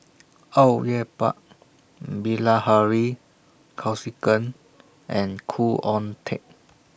Au Yue Pak Bilahari Kausikan and Khoo Oon Teik